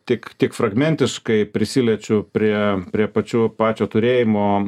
tik tik fragmentiškai prisiliečiu prie prie pačių pačio turėjimo